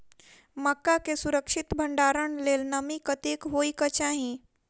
मक्का केँ सुरक्षित भण्डारण लेल नमी कतेक होइ कऽ चाहि?